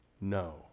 no